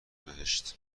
بهشت